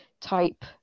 type